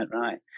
right